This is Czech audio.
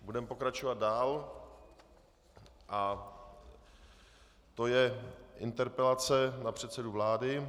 Budeme pokračovat dál, je to interpelace na předsedu vlády.